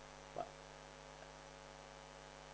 ya